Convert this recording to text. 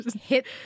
hit